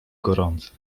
gorące